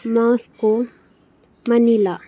Moscow Manila